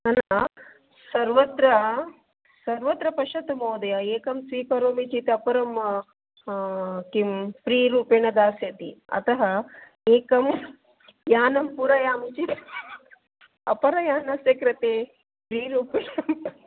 न न सर्वत्र सर्वत्र पश्यतु महोदय एकं स्वीकरोमि चेत् अपरं किं फ्री रूपेण दास्यति अतः एकं यानं पूरयामि चेत् अपरयानस्य कृते फ्री रूपेण